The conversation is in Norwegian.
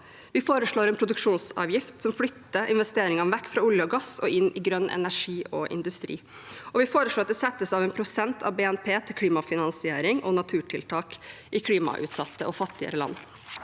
Vi foreslår en produksjonsavgift som flytter investeringene vekk fra olje og gass og inn i grønn energi og industri. Vi foreslår også at det settes av 1 pst. av BNP til klimafinansiering og naturtiltak i klimautsatte og fattigere land.